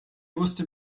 wusste